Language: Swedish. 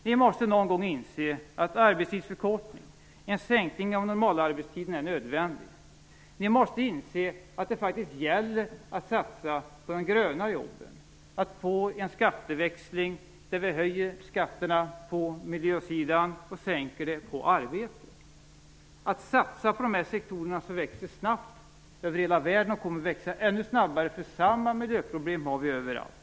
Ni måste någon gång inse att arbetstidsförkortning, en sänkning av normalarbetstiden, är nödvändig. Ni måste inse att det faktiskt gäller att satsa på de gröna jobben, att få en skatteväxling som innebär att vi höjer skatterna på miljösidan och sänker dem på arbete, och att satsa på de sektorer som växer snabbt över hela världen och kommer att växa ännu snabbare. Samma miljöproblem finns nämligen överallt.